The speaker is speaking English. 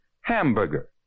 hamburger